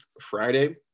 Friday